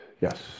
Yes